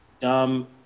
dumb